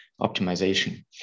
optimization